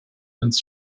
ins